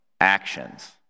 actions